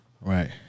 Right